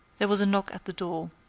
there was a knock at the door.